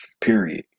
period